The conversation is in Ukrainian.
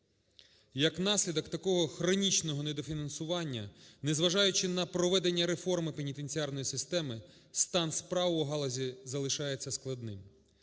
як наслідок такого хронічного недофінансування, не зважаючи на проведення реформи пенітенціарної системи, стан справ у галузі залишається складним.